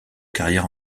carrière